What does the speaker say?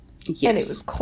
Yes